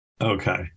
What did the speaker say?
Okay